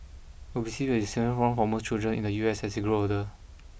obesity will be a significant problem for most children in the U S as they grow older